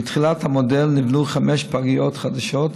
מתחילת המודל נבנו חמש פגיות חדשות,